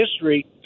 history